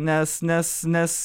nes nes nes